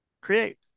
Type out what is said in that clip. create